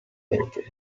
rete